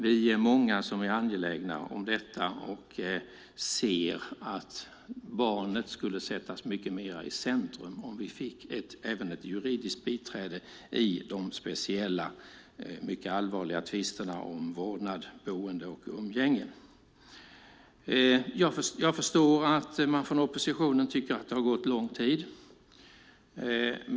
Vi är många som är angelägna om detta. Vi ser att barnet skulle sättas mycket mer i centrum om vi fick ett juridiskt biträde även i de speciella, mycket allvarliga, tvisterna om vårdnad, boende och umgänge. Jag förstår att man från oppositionen tycker att det har gått lång tid.